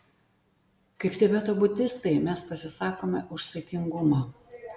kaip tibeto budistai mes pasisakome už saikingumą